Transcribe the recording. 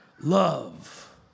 love